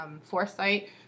foresight